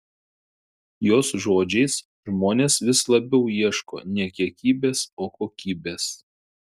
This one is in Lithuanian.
jos žodžiais žmonės vis labiau ieško ne kiekybės o kokybės